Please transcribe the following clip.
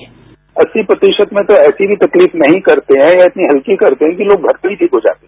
sound bite अस्सी प्रतिशत में तो ऐसी भी तकलीफ नहीं करते हैं या इतनी हल्की करते हैं कि लोग घर पे ही ठीक हो जाते हैं